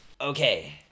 Okay